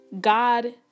God